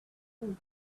food